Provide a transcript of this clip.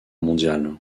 mondiale